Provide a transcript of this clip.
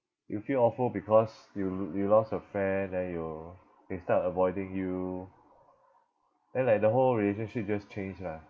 you feel awful because you you lost a friend then you they start avoiding you then like the whole relationship just change lah